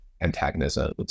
antagonism